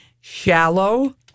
shallow